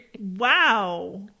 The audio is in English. Wow